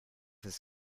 his